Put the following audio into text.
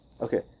Okay